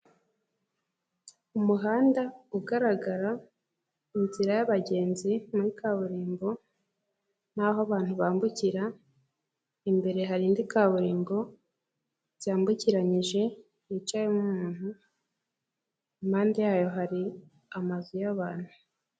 Umuhanda ugaragara, inzira y'abagenzi muri kaburimbo n'aho abantu bambukira, imbere hari indi kaburimbo byambukiranyije hicayemo umuntu, impande yayo hari amazu y'abantu.